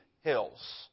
hills